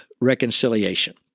reconciliation